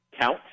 count